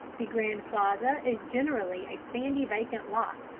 the grand plaza is generally a sandy vacant lot,